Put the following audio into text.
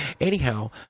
Anyhow